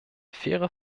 faire